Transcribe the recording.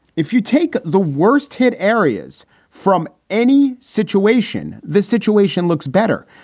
if you take the worst hit areas from any situation, the situation looks better.